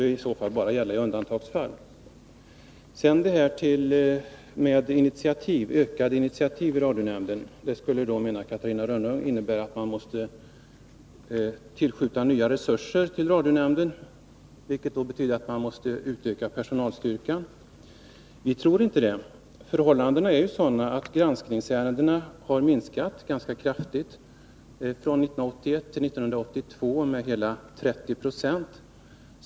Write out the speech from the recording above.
Det här med ett utökat antal initiativärenden när det gäller radionämnden skulle, enligt Catarina Rönnung, innebära att nya resurser måste tillskjutas. Det betyder att personalstyrkan måste utökas. Men vi har inte samma uppfattning. Det är ju så att antalet granskningsärenden har minskat ganska kraftigt — det rör sig om hela 30 96 under åren 1981-1982.